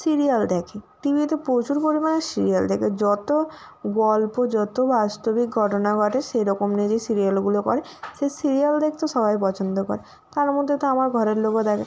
serial দেখে টিভিতে প্রচুর পরিমাণ সিরিয়াল দেখে যতো গল্প যতো বাস্তবিক ঘটনা ঘটে সেরকম নিয়ে যে সিরিয়ালগুলো করে সে সিরিয়াল দেখতে সবাই পছন্দ করে তার মধ্যে তো আমার ঘরের লোকও দেখে